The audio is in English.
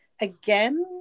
again